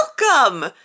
welcome